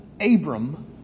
Abram